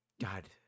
God